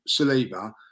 Saliba